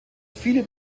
viele